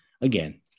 again